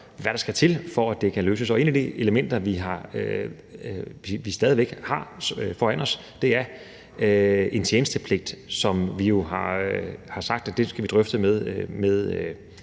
hvad der skal til, for at det kan løses. Et af de elementer, vi stadig væk har foran os, er en tjenestepligt, som vi jo har sagt at vi skal drøfte med